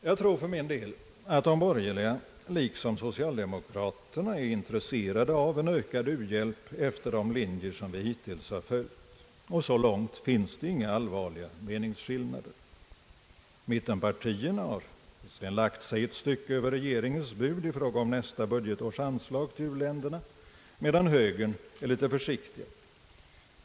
Jag tror för min del att de borgerliga partierna liksom socialdemokraterna är intresserade av en ökad u-hjälp efter de linjer som vi hittills har följt. Så långt finns det inga allvarliga meningsskillnader. Mittenpartierna har visserligen lagt sig ett stycke över regeringens bud i fråga om nästa budgetårs anslag till uländerna, medan högern är litet försiktigare.